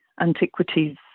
antiquities